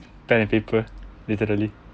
pen and paper literally